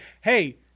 hey